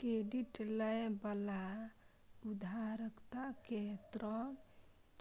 credit लए बला उधारकर्ता कें ऋण